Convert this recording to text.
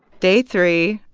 day three,